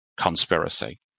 conspiracy